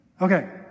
Okay